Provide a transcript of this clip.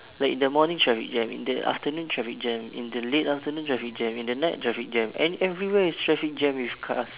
like in the morning traffic jam in the afternoon traffic jam in the late afternoon traffic jam in the night traffic jam and everywhere is traffic jam with cars